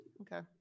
Okay